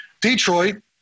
Detroit